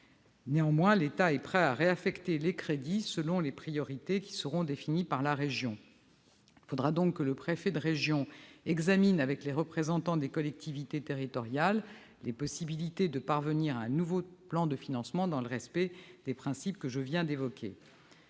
Néanmoins, l'État est prêt à réaffecter les crédits selon les priorités qui seront définies par la région. Il faudra donc que le préfet de région examine avec les représentants des collectivités territoriales les possibilités de parvenir à un nouveau plan de financement, dans le respect des principes que je viens d'évoquer.